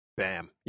bam